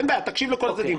אין בעיה, תקשיב לכל הצדדים.